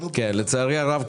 לצערי הרב,